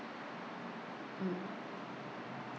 mm